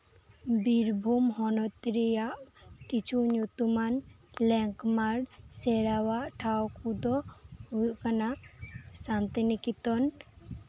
ᱵᱤᱨᱵᱷᱩᱢ ᱦᱚᱱᱚᱛ ᱨᱮᱭᱟᱜ ᱠᱤᱪᱷᱩ ᱧᱩᱛᱩᱢᱟᱱ ᱞᱮᱱᱰᱢᱟᱨᱠ ᱥᱮᱨᱣᱟ ᱴᱷᱟᱶ ᱠᱚᱫᱚ ᱦᱩᱭᱩᱜ ᱠᱟᱱᱟ ᱥᱟᱱᱛᱤᱱᱤᱠᱮᱛᱚᱱ